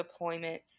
deployments